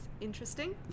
interesting